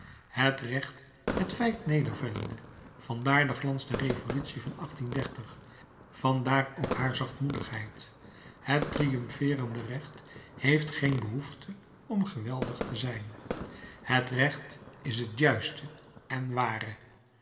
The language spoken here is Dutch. het recht het feit nedervellende vandaar de glans der revolutie van vandaar ook haar zachtmoedigheid het triumfeerende recht heeft geen behoefte om geweldig te zijn het recht is het juiste en ware